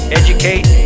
educate